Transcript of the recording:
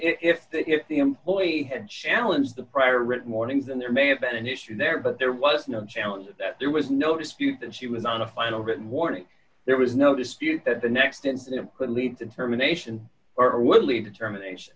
if if the employee had challenged the prior written warnings and there may have been an issue there but there was no challenge of that there was no dispute that she was on a final written warning there was no dispute that the next incident could lead to determination